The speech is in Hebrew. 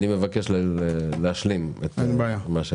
ינון, אני מבקש להשלים את הדברים.